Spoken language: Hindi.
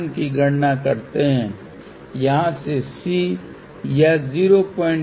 कृपया याद रखें कि एम्पलीफायर डिज़ाइन मे इम्पीडेन्स मैचिंग अधिकांश सिस्टम डिज़ाइन में बहुत महत्वपूर्ण है